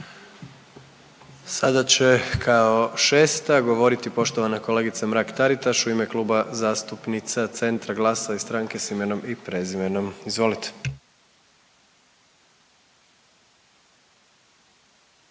Sada će kao 6. govoriti poštovana kolegica Mrak-Taritaš u ime Kluba zastupnica Centra, GLAS-a i Stranke s imenom i prezimenom, izvolite.